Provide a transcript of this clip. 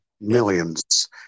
millions